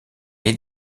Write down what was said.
est